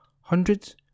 Hundreds